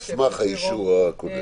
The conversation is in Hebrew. על סמך האישור הקודם.